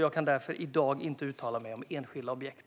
Jag kan därför i dag inte uttala mig om enskilda objekt.